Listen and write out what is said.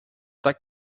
tak